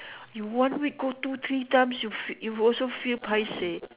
you one week go two three times you fee you also feel paiseh